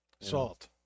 salt